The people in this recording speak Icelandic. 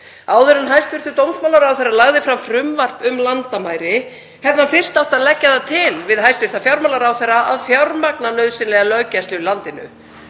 Áður en hæstv. dómsmálaráðherra lagði fram frumvarp um landamæri hefði hann fyrst átt að leggja til við hæstv. fjármálaráðherra að fjármagna nauðsynlega löggæslu í landinu.